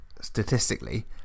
statistically